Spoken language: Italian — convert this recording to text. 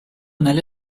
nelle